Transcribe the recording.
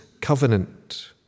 covenant